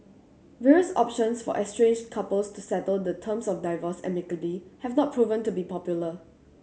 various options for estranged couples to settle the terms of divorce amicably have not proven to be popular